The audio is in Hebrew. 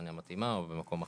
האכסניה המתאימה או במקום אחר.